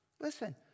Listen